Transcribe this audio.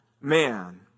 man